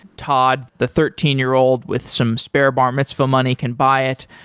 todd, the thirteen year old with some spare bar mitzvah money can buy it.